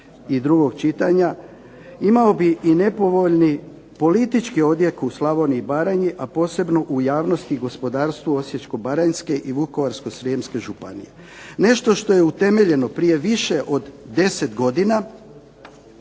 i drugih čitanja imao bi nepovoljni politički odjek u Slavoniji i Baranji, a posebno u javnosti u gospodarstvu Osječko-baranjske i Vukovarsko-srijemske županije. Nešto što je utemeljeno prije više od 10 godina